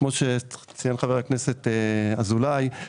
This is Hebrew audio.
כמו שציין חבר הכנסת אזולאי,